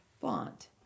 font